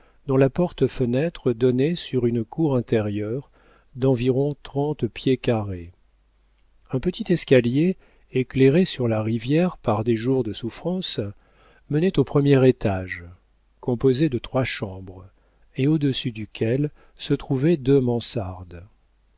dont la porte-fenêtre donnait sur une cour intérieure d'environ trente pieds carrés un petit escalier éclairé sur la rivière par des jours de souffrance menait au premier étage composé de trois chambres et au-dessus duquel se trouvaient deux mansardes